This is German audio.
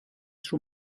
schon